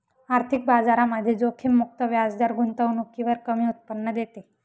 आर्थिक बाजारामध्ये जोखीम मुक्त व्याजदर गुंतवणुकीवर कमी उत्पन्न देते